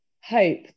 hope